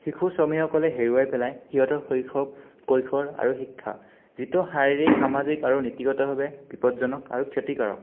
শিশু শ্ৰমীসকলে হেৰুৱাই পেলাই সিহঁতৰ শৈশৱ কৈশোৰ আৰু শিক্ষা যিটো শাৰীৰিক সামাজিক আৰু নীতিগতভাৱে বিপদজনক আৰু ক্ষতিকাৰক